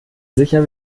sicher